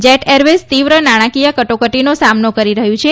jet Airways તીવ્ર નાણાંકીય કટોકટીનો સામનો કરી રહ્યું છે